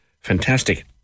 fantastic